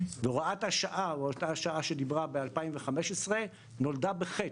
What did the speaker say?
הוראת השעה שדיברה ב-2015 נולדה בחטא.